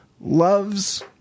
loves